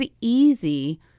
easy